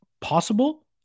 possible